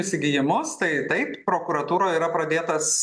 įsigijimus tai taip taip prokuratūroj yra pradėtas